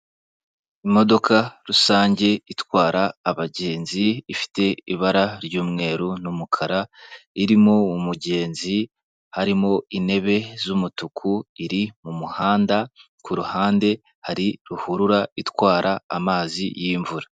Imodoka rusange itwara abagenzi ifite ibara ry'umweru, n'umukara irimo umugezi harimo intebe z'umutuku, iri mumuhanda kuruhande hari ruhurura itwara amazi y'imvura.